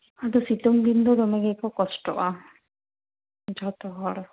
ᱟᱫᱚ ᱥᱤᱛᱩᱝ ᱫᱤᱱ ᱫᱚ ᱫᱚᱢᱮ ᱜᱮᱠᱚ ᱠᱚᱥᱴᱚᱜᱼᱟ ᱡᱷᱚᱛᱚ ᱦᱚᱲ